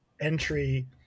entry